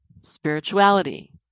spirituality